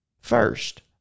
first